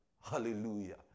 Hallelujah